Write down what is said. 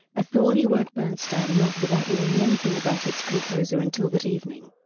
a thorny work bernstein loved without knowing anything about its composer until that evening.